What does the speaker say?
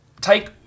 take